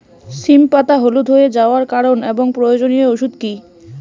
সিম পাতা হলুদ হয়ে যাওয়ার কারণ এবং প্রয়োজনীয় ওষুধ কি?